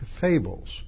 fables